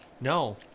No